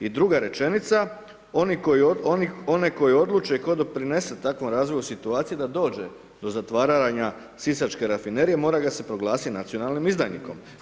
I druga rečenica oni koji odluče i tko doprinese takvom razvoju situacije da dođe do zatvaranja Sisačke rafinerije mora ga se proglasiti nacionalnim izdajnikom.